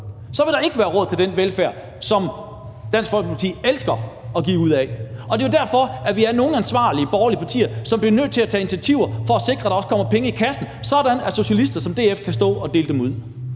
vil der ikke være råd til den velfærd, som Dansk Folkeparti elsker at give ud af. Det er jo derfor, vi er nogle ansvarlige borgerlige partier, som bliver nødt til at tage initiativer for at sikre, at der også kommer penge i kassen, sådan at socialistiske partier som DF kan stå og dele dem ud.